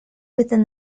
within